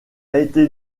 été